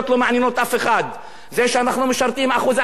זה שאנחנו משרתים באחוז הכי גדול זה באמת מובן מאליו,